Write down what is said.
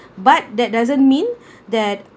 but that doesn't mean that